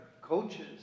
Coaches